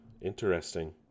Interesting